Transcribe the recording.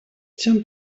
тем